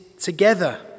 together